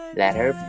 letter